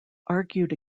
argued